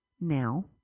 Now